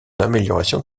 amélioration